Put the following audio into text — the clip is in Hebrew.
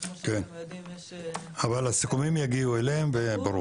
וכמו שאתם יודעים יש --- אבל הסיכומים יגיעו אליהם וברור.